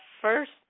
first